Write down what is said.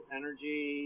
energy